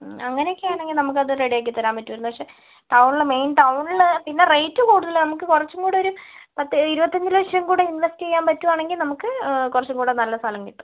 അങ്ങനെയൊക്കെയാണെങ്കിൽ നമുക്ക് അത് റെഡി ആക്കി തരാൻ പറ്റുവൊള്ളു പക്ഷേ ടൗണിൽ മെയിൻ ടൗണിൽ പിന്നെ റേറ്റ് കൂടുതൽ നമുക്ക് കുറച്ചും കൂടൊരു പത്ത് ഇരുപത്തിയഞ്ച് ലക്ഷം കൂടെ ഇൻവെസ്റ്റ് ചെയ്യാൻ പറ്റുവാണെങ്കിൽ നമുക്ക് കുറച്ചും കൂടെ നല്ല സ്ഥലം കിട്ടും